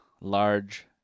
large